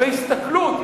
בהסתכלות.